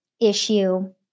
issue